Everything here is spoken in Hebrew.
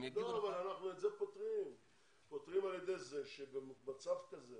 --- את זה אנחנו פותרים על ידי זה שבמצב כזה